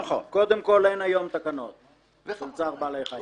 קודם כול, אין היום תקנות של צער בעלי חיים.